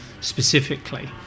specifically